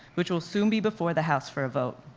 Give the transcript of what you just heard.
which will soon be before the house for a vote.